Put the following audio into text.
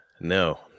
No